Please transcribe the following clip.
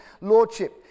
Lordship